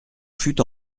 fut